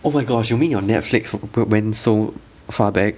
oh my gosh you mean your netflix from abr~ went so far back